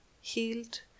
healed